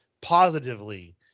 positively